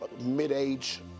mid-age